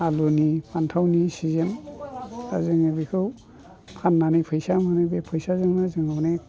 आलुनि फानथावनि सिजेन दा जोङो बेखौ फाननानै फैसा मोनो बे फैसाजोंनो जोङो अनेख